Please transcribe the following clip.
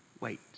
wait